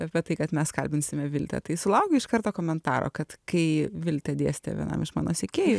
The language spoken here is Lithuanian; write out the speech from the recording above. apie tai kad mes kalbinsime viltę tai sulaukiau iš karto komentaro kad kai viltė dėstė vienam iš mano sekėjų